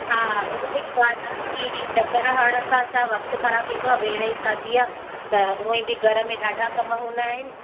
हा हुओ ई ॻाल्हि आहे की चकर हणण सां सां वक़्तु ख़राबु थींदो आहे भेण जी शादी आहे त उअं ई घर में ॾाढा कमु हूंदा आहिनि